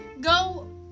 Go